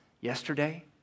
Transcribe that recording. yesterday